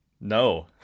No